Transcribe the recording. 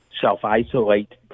self-isolate